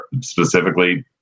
specifically